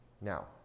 Now